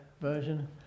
version